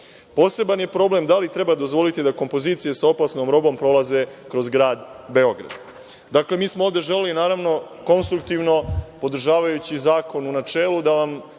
Poseban je problem da li treba dozvoliti da kompozicije sa opasnom robom prolaze kroz grad Beograd. Dakle, mi smo ovde želeli naravno, konstruktivno podržavajući zakon u načelu da vam